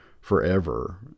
forever